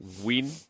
Win